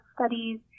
studies